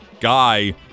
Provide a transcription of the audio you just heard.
guy